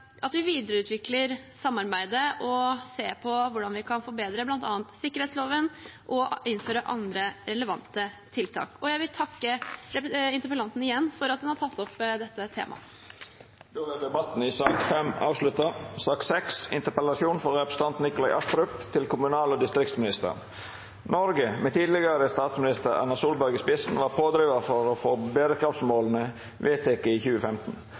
på hvordan vi kan forbedre bl.a. sikkerhetsloven, og at vi innfører andre relevante tiltak. Jeg vil igjen takke interpellanten for at hun har tatt opp dette temaet. Då er debatten i sak nr. 5 avslutta. 2030-agendaen med bærekraftsmålene er verdens felles arbeidsplan for å oppnå sosial, økonomisk og miljømessig bærekraft innen 2030. Norge var en pådriver for å få målene vedtatt i 2015,